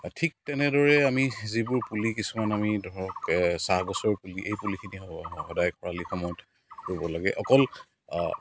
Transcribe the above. ঠিক তেনেদৰে আমি যিবোৰ পুলি কিছুমান আমি ধৰক চাহগছৰ পুলি এই পুলিখিনি সদায় খৰালি সময়ত ৰুব লাগে অকল